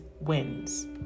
wins